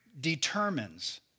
determines